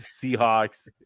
Seahawks